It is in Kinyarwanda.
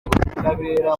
ubutabera